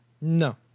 No